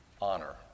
honor